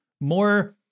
more